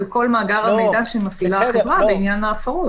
כל מאגר המידע שמפעילה החברה בעניין ההפרות.